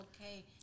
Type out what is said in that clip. okay